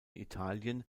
italien